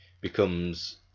becomes